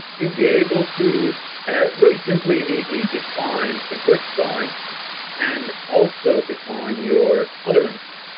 you'll be able to very simply and easily define a grid size and also define your tolerance.